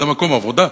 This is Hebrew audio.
זה מקום עבודה.